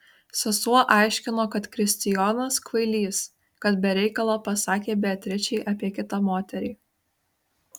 sesuo aiškino kad kristijonas kvailys kad be reikalo pasakė beatričei apie kitą moterį